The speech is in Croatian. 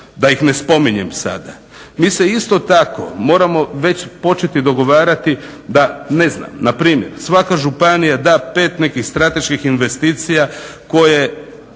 da ih ne spominjem sada. Mi se isto tako moramo već početi dogovarati da ne znam na primjer svaka županija da 5 nekih strateških investicija koje